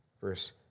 verse